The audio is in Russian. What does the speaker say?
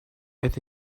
это